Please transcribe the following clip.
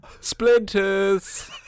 splinters